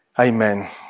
Amen